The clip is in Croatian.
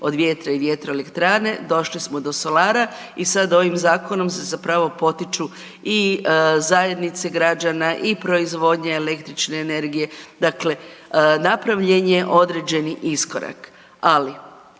od vjetra i vjetroelektrane došli smo do solara i sada ovim zakonom se zapravo potiču i zajednice građana i proizvodnje električne energije dakle napravljen je određeni iskorak, ali